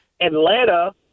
Atlanta